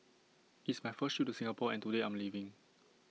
it's my first trip to Singapore and today I'm leaving